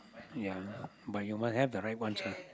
ya but you must have the right ones ah